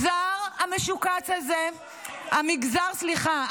המגזר המשוקץ הזה --------- סליחה.